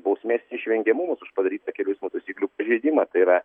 bausmės neišvengiamumas už padarytą kelių eismo taisyklių pažeidimą tai yra